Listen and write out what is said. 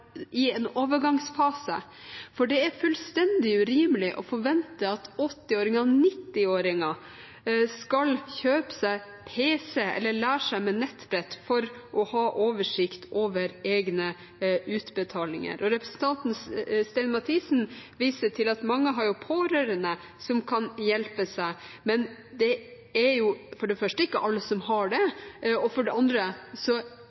i en overgangsfase, for det er fullstendig urimelig å forvente at 80- og 90-åringer skal kjøpe seg pc eller lære seg å bruke nettbrett for å ha oversikt over egne utbetalinger. Representanten Stein Mathisen viser til at mange har pårørende som kan hjelpe dem, men det er jo for det første ikke alle som har